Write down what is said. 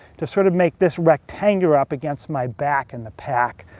to sort of make this rectangular up against my back in the pack.